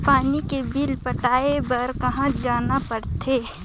पानी के बिल पटाय बार कहा जाना पड़थे?